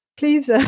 please